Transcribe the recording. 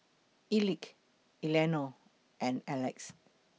Elick Eleanor and Alex